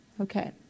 Okay